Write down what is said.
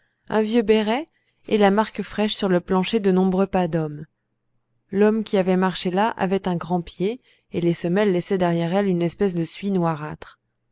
un vieux béret et la marque fraîche sur le plancher de nombreux pas d'homme l'homme qui avait marché là avait un grand pied et les semelles laissaient derrière elles une espèce de suie noirâtre